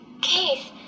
Keith